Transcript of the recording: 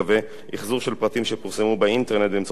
אחזור של הפרטים שפורסמו באינטרנט באמצעות מנועי חיפוש,